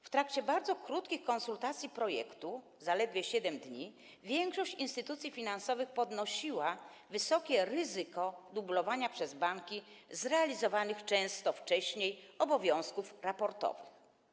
W trakcie bardzo krótkich konsultacji projektu - zaledwie 7 dni - większość instytucji finansowych poruszała kwestię wysokiego ryzyka dublowania przez banki często zrealizowanych już wcześniej obowiązków raportowych.